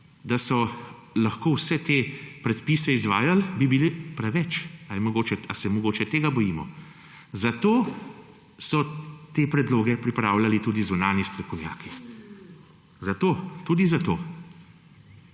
da so lahko vse te predpise izvajali, preveč. Ali se mogoče tega bojimo? Zato so te predloge pripravljali tudi zunanji strokovnjaki. Zato. Tudi zato.